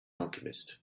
alchemist